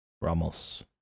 Ramos